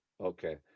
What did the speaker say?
okay